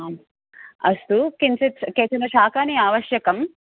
आम् अस्तु किञ्चित् कानिचन शाकानि आवश्यकानि